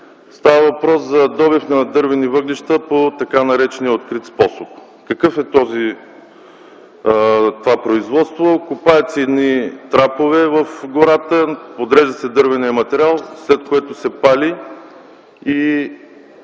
Става въпрос за добив на дървени въглища по така наречения открит способ. Какво е това производство? Копаят се трапове в гората, дървеният материал се подрежда, след което се пали и